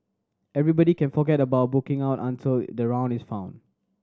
everybody can forget about booking out until the round is found